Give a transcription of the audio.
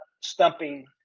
stumping